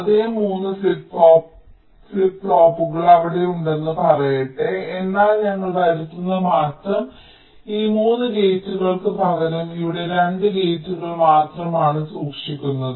അതേ 3 ഫ്ലിപ്പ് ഫ്ലോപ്പുകൾ അവിടെയുണ്ടെന്ന് പറയട്ടെ എന്നാൽ ഞങ്ങൾ വരുത്തുന്ന മാറ്റം ഈ 3 ഗേറ്റുകൾക്ക് പകരം ഇവിടെ 2 ഗേറ്റുകൾ മാത്രമാണ് ഞങ്ങൾ സൂക്ഷിക്കുന്നത്